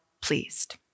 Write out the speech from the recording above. pleased